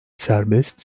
serbest